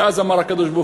ואז אמר הקדוש-ברוך-הוא,